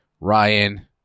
Ryan